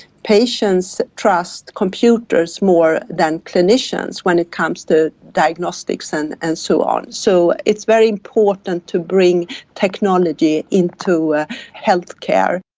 patients trust computers more than clinicians when it comes to diagnostics and and so on. so it's very important to bring technology into healthcare.